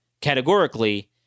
categorically